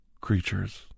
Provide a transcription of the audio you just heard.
creatures